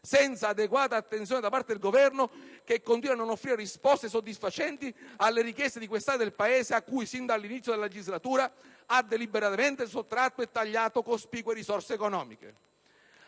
senza adeguata attenzione da parte del Governo che continua a non offrire risposte soddisfacenti alle richieste di quest'area del Paese alla quale, sin dall'inizio della legislatura, ha deliberatamente sottratto e tagliato cospicue risorse economiche.